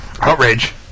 Outrage